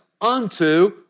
unto